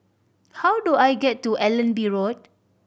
how do I get to Allenby Road